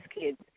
kids